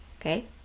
Okay